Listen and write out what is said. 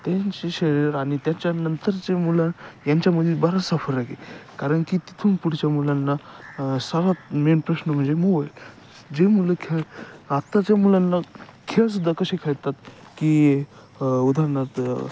त्यांचे शरीर आणि त्याच्यानंतरच्या मुलं यांच्यामध्ये बराचसा फरक आहेे कारण की तिथून पुढच्या मुलांना सर्वात मेन प्रश्न म्हणजे मोबाईल जे मुलं खेळ आत्ताच्या मुलांना खेळसुद्धा कसे खेळतात की उदाहरणार्थ